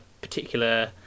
particular